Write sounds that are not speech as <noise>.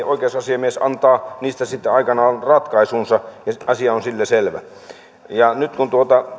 <unintelligible> oikeusasiamies antaa niistä sitten aikanaan ratkaisunsa ja asia on sillä selvä nyt kun